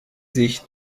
sich